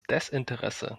desinteresse